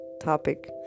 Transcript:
topic